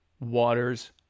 waters